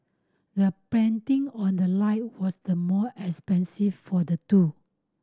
the painting on the light was the more expensive for the two